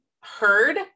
heard